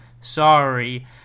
sorry